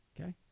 Okay